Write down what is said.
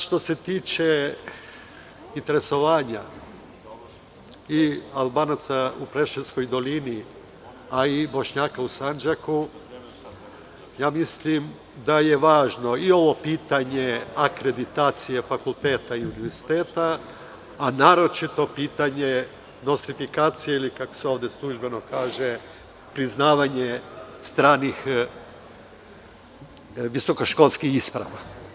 Što se tiče interesovanja Albanaca u Preševskoj dolini, a i Bošnjaka u Sandžaku, mislim da je važno i ovo pitanje akreditacije fakulteta i univerziteta, a naročito pitanje nostrifikacije, kako se ovde službeno kaže, priznavanje stranih visokoškolskih isprava.